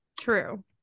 True